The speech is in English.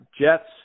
Jets